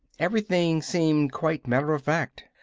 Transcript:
everything seemed quite matter-of-fact.